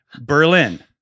Berlin